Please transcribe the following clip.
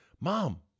Mom